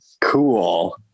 cool